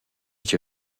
cha